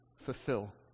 fulfill